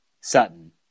Sutton